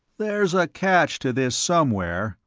there's a catch to this, somewhere,